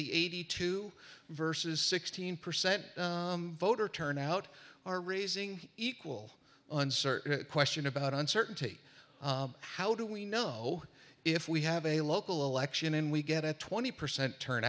the eighty two versus sixteen percent voter turnout are raising equal uncertain question about uncertainty how do we know if we have a local election and we get a twenty percent